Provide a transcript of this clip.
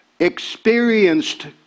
experienced